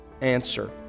answer